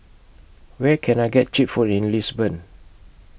Where Can I get Cheap Food in Lisbon